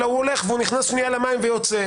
אלא הוא נכנס שנייה למים ויוצא.